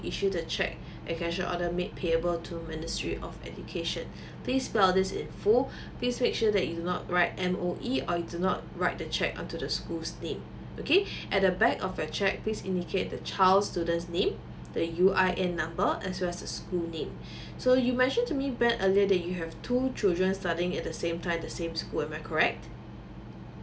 issue the cheque and cashier order made payable to ministry of education please spell this in full please make sure that you do not write M_O_E or you do not write the cheque on to the school name okay at the back of your cheque please indicate the child student's name the U_I_N number as well as the school name so you mentioned to me ben earlier that you have two children studying at the same time the same school am I correct